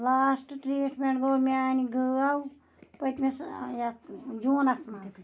لاسٹہٕ treatment گوٚو میٛانہِ گٲو پٔتمِس یَتھ جوٗنَس منٛز